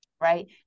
Right